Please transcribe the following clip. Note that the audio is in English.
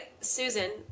Susan